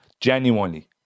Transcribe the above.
Genuinely